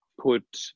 put